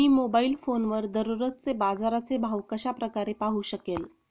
मी mobile फोनवर दररोजचे बाजाराचे भाव कशा प्रकारे पाहू शकेल?